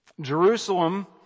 Jerusalem